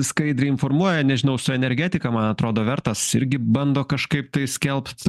skaidriai informuoja nežinau su energetika man atrodo vertas irgi bando kažkaip tai skelbt